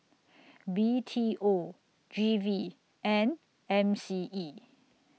B T O G V and M C E